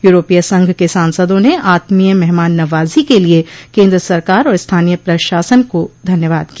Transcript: यूरोपीय संघ के सांसदों ने आत्मीय मेहमान नवाजी के लिए केन्द्र सरकार और स्थानीय प्रशासन का धन्यवाद किया